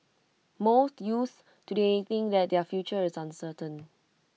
most youths today think that their future is uncertain